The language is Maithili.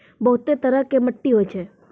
बहुतै तरह के मट्टी होय छै